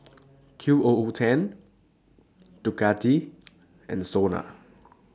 Q O O ten Ducati and Sona